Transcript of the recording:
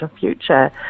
future